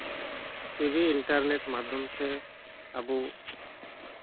T V internet ᱢᱟᱫᱽᱫᱷᱚᱢ ᱛᱮ ᱟᱵᱚ